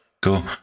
Go